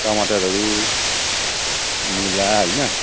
टमाटरहरू मुला होइन